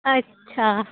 अच्छा